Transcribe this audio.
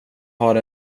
har